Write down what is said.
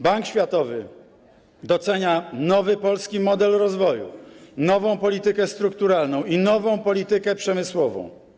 Bank Światowy docenia nowy polski model rozwoju, nową politykę strukturalną i nową politykę przemysłową.